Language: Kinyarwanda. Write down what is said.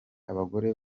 abagore